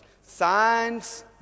science